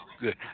good